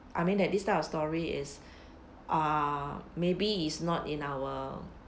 I mean that this type of story is ah maybe is not in our